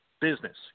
Business